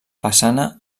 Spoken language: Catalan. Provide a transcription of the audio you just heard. façana